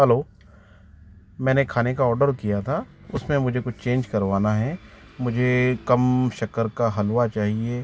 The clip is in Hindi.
हलो मैंने खाने का ऑडर किया था उसमें मुझे कुछ चेंज करवाना है मुझे कम शक्कर का हलवा चाहिए